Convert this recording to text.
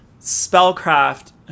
Spellcraft